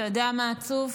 ואתה יודע מה עצוב?